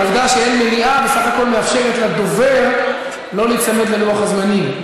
העובדה שאין שר במליאה בסך הכול מאפשרת לדובר לא להיצמד ללוח הזמנים,